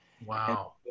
Wow